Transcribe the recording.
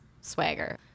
swagger